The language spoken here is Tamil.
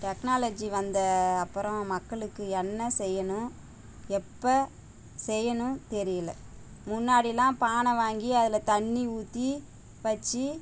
டெக்னாலஜி வந்த அப்புறம் மக்களுக்கு என்ன செய்யணும் எப்போ செய்யணும் தெரியல முன்னாடிலாம் பானை வாங்கி அதில் தண்ணி ஊற்றி வச்சு